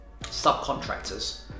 subcontractors